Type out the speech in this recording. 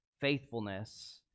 faithfulness